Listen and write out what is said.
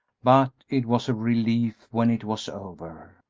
but it was a relief when it was over.